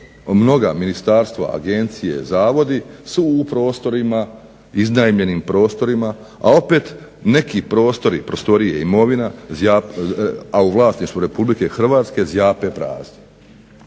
mnoga ministarstva, agencije, zavodi su u prostorima, iznajmljenim prostorima, a opet neki prostori, prostorije, imovina, a u vlasništvu Republike Hrvatske zjape prazni.